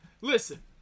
Listen